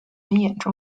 兖州